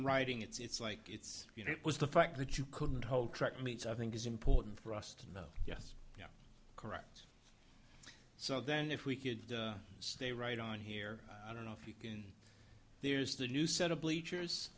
writing it's like it's you know it was the fact that you couldn't hold track meets i think is important for us to know yes correct so then if we could stay right on here i don't know if you can there is the new set of bleachers